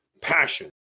passion